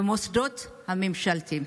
במוסדות הממשלתיים.